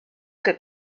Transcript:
que